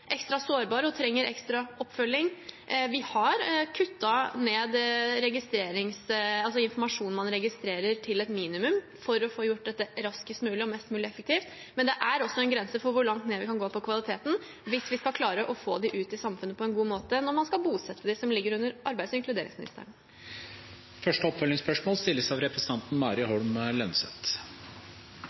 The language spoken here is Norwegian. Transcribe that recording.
ekstra sårbare og trenger ekstra oppfølging. Vi har kuttet ned informasjonen man registrerer, til et minimum for å få gjort dette raskest mulig og mest mulig effektivt, men det er også en grense for hvor langt ned vi kan gå på kvaliteten hvis vi skal klare å få dem ut i samfunnet på en god måte når man skal bosette dem, som ligger under arbeids- og inkluderingsministeren. Mari Holm Lønseth – til oppfølgingsspørsmål. Det er altså store utfordringer knyttet til registrering av